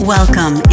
Welcome